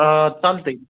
आ चालतंय कि